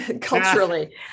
culturally